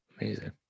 amazing